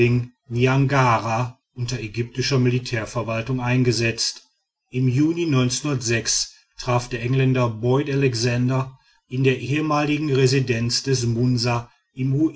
unter ägyptischer militärverwaltung eingesetzt im juni traf der engländer boyd alexander in der ehemaligen residenz des munsa